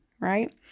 right